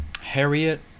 Harriet